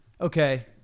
okay